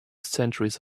centuries